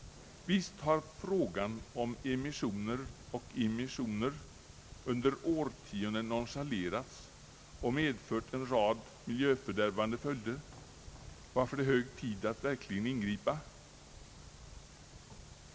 Visst har frågan om emissioner och immisioner under årtionden nonchalerats och medfört en rad miljöfördärvande följder, varför det är hög tid att verkligen ingripa.